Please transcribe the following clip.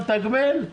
אני מאחלת